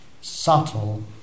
subtle